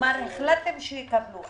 החלטתם שיקבלו,